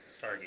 Stargate